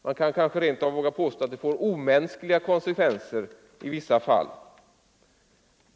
Man kanske rent av vågar påstå att det får omänskliga konsekvenser i vissa fall.